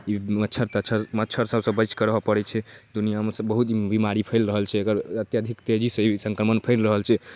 मच्छर तच्छर मच्छरसबसँ बचिकऽ रहऽ पड़ै छै दुनिआमे बहुत दिनसँ बेमारी फैलि रहल छै अगर अत्यधिक तेजीसँ ई सङ्क्रमण फैलि रहल छै